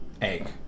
egg